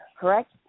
correct